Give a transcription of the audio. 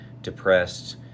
depressed